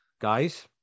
guys